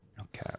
okay